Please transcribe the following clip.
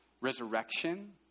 resurrection